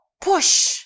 push